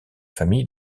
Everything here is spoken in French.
famille